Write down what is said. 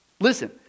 Listen